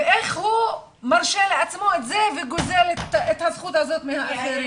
ואיך הוא מרשה לעצמו את זה וגוזל את הזכות הזאת מהאחרים.